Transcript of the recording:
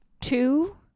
Two